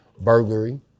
burglary